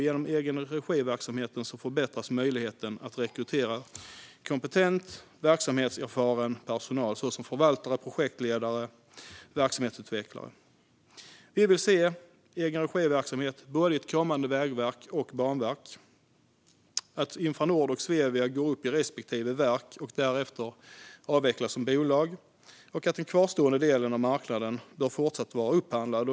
Genom egenregiverksamhet förbättras möjligheten att rekrytera kompetent och verksamhetserfaren personal såsom förvaltare, projektledare och verksamhetsutvecklare. Vi vill se egenregiverksamhet i både ett kommande vägverk och ett kommande banverk. Vi menar att Infranord och Svevia bör gå upp i respektive verk och därmed avvecklas som bolag. Den kvarstående andelen av marknaden bör fortsatt vara upphandlad.